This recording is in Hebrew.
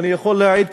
ואני יכול להעיד,